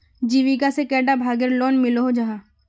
जीविका से कैडा भागेर लोन मिलोहो जाहा?